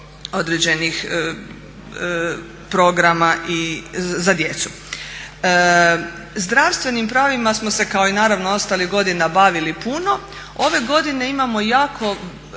Zdravstvenim pravima smo se kao i naravno ostalih godina bavili puno, ove godine imao jako